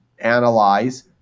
analyze